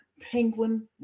Penguin